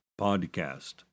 podcast